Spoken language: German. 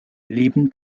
leben